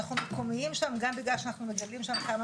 אנחנו מקומיים שם גם בגלל שאנחנו מגדלים שם כמה